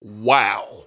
wow